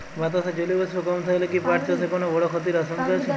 বাতাসে জলীয় বাষ্প কম থাকলে কি পাট চাষে কোনো বড় ক্ষতির আশঙ্কা আছে?